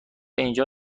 اینجا